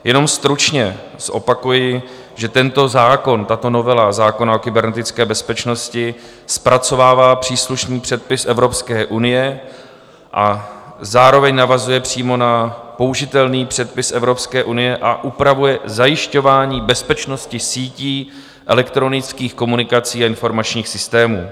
Jenom stručně zopakuji, že tento zákon, tato novela zákona o kybernetické bezpečnosti zpracovává příslušný předpis Evropské unie a zároveň navazuje přímo na použitelný předpis Evropské unie a upravuje zajišťování bezpečnosti sítí elektronických komunikací a informačních systémů.